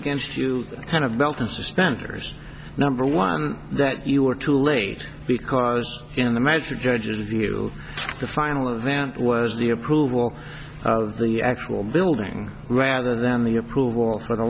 against you kind of belt and suspenders number one that you were too late because in the magic judge's view the final event was the approval of the actual building rather than the approval for the